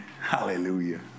hallelujah